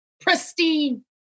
pristine